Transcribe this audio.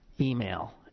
email